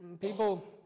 People